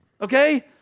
Okay